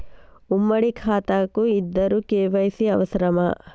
ఉమ్మడి ఖాతా కు ఇద్దరు కే.వై.సీ అవసరమా?